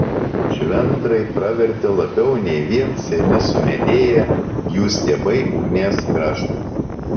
švendrai pravertė labiau nei vien seni sumedėję jų stiebai ugnies grąžtui